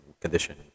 condition